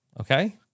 Okay